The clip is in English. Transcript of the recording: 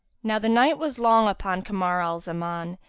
now the night was long upon kamar al-zaman,